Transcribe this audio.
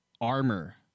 armor